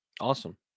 Awesome